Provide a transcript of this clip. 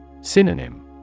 Synonym